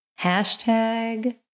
hashtag